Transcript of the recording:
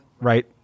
right